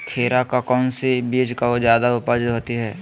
खीरा का कौन सी बीज का जयादा उपज होती है?